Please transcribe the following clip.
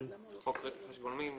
וולקני ורכש גומלין.